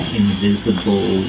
invisible